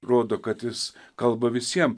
rodo kad jis kalba visiem